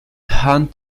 herrn